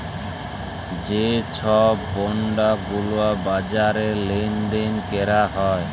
যে ছব বল্ড গুলা বাজারে লেল দেল ক্যরা হ্যয়